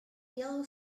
yellow